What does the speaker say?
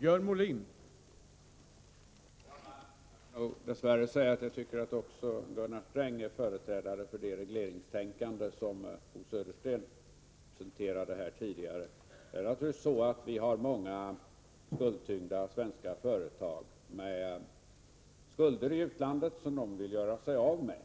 Herr talman! Dess värre måste jag säga att även Gunnar Sträng är företrädare för det regleringstänkande som Bo Södersten tidigare här visade sig vara förespråkare för. Naturligtvis finns det många skuldtyngda svenska företag med skulder i utlandet som de vill göra sig av med.